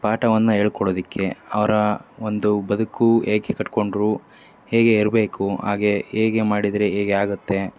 ಪಾಠವನ್ನು ಹೇಳ್ಕೊಡೋದಿಕ್ಕೆ ಅವರ ಒಂದು ಬದುಕು ಏಕೆ ಕಟ್ಟಿಕೊಂಡ್ರು ಹೇಗೆ ಇರಬೇಕು ಹಾಗೇ ಹೇಗೆ ಮಾಡಿದರೆ ಹೇಗೆ ಆಗುತ್ತೆ